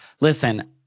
listen